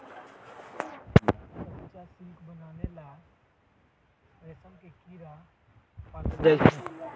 कच्चा सिल्क बनावे ला रेशम के कीड़ा पालल जाई छई